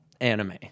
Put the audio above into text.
anime